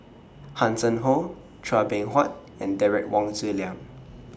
Hanson Ho Chua Beng Huat and Derek Wong Zi Liang